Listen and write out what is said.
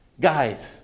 Guys